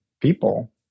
people